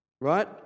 right